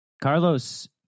Carlos